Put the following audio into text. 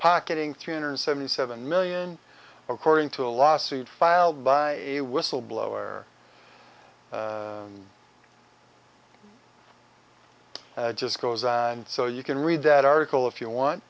pocketing three hundred seventy seven million according to a lawsuit filed by a whistleblower just goes so you can read that article if you want